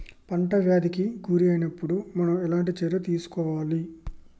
పంట వ్యాధి కి గురి అయినపుడు మనం ఎలాంటి చర్య తీసుకోవాలి?